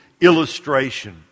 illustration